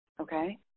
Okay